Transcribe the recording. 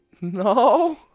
No